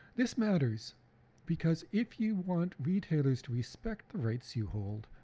this matters because if you want retailers to respect the rights you hold,